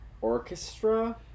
Orchestra